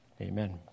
Amen